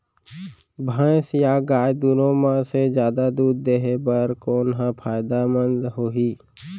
भैंस या गाय दुनो म से जादा दूध देहे बर कोन ह फायदामंद होही?